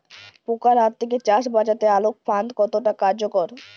পোকার হাত থেকে চাষ বাচাতে আলোক ফাঁদ কতটা কার্যকর?